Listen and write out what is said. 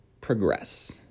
progress